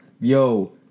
yo